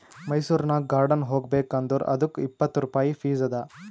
ಮೈಸೂರನಾಗ್ ಗಾರ್ಡನ್ ಹೋಗಬೇಕ್ ಅಂದುರ್ ಅದ್ದುಕ್ ಇಪ್ಪತ್ ರುಪಾಯಿ ಫೀಸ್ ಅದಾ